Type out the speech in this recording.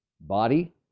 Body